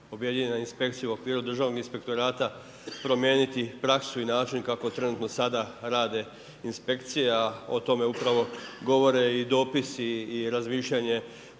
objedinjene inspekcije u okviru Državnog inspektorata promijeniti praksu i način kako trenutno sada rade inspekcije a o tome upravo govore i dopisi i razmišljanje